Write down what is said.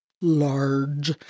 large